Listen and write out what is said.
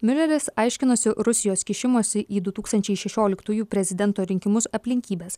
miuleris aiškinosi rusijos kišimosi į du tūkstančiai šešioliktųjų prezidento rinkimus aplinkybes